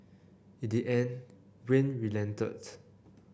in the end Wayne relented